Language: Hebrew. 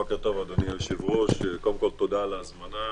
בוקר טוב, אדוני היושב-ראש, תודה על ההזמנה.